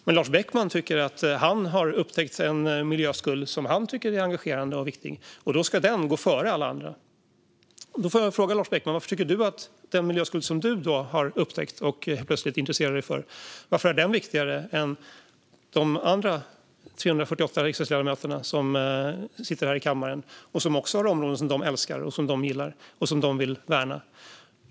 Men Lars Beckman har upptäckt en miljöskuld som han tycker är engagerande och viktig och tycker att den ska gå före alla andra. Då får jag fråga dig, Lars Beckman: Varför tycker du att den miljöskuld som du har upptäckt och plötsligt intresserar dig för är viktigare än de områden som de andra 348 riksdagsledamöterna här i kammaren älskar och vill värna?